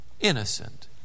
Innocent